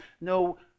no